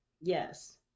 Yes